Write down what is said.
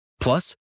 Plus